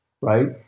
right